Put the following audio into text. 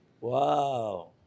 Wow